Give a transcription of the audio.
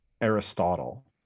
Aristotle